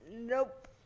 Nope